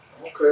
Okay